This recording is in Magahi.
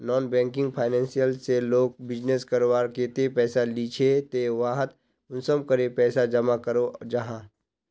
नॉन बैंकिंग फाइनेंशियल से लोग बिजनेस करवार केते पैसा लिझे ते वहात कुंसम करे पैसा जमा करो जाहा?